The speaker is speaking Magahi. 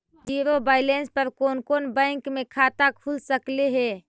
जिरो बैलेंस पर कोन कोन बैंक में खाता खुल सकले हे?